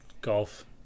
golf